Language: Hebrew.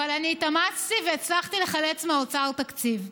אבל אני התאמצתי והצלחתי לחלץ מהאוצר תקציב.